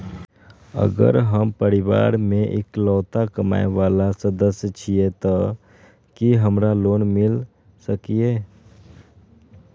अगर हम परिवार के इकलौता कमाय वाला सदस्य छियै त की हमरा लोन मिल सकीए?